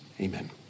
Amen